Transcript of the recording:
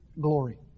glory